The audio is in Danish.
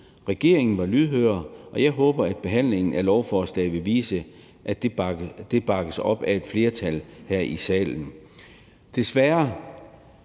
Regeringen var lydhør, og jeg håber, at behandlingen af lovforslaget vil vise, at det bakkes op af et flertal her i salen.